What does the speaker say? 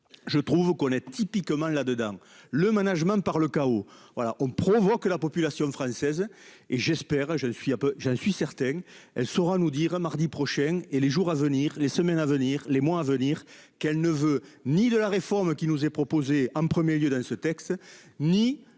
Je trouve qu'on est typiquement là dedans. Le management par le chaos. Voilà on prévoit que la population française et j'espère hein. Je suis un peu j'en suis certain. Elle saura nous dire mardi prochain et les jours à venir. Les semaines à venir les mois à venir qu'elle ne veut ni de la réforme qui nous est proposé en 1er lieu dans ce texte, ni